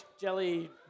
Jelly